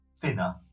thinner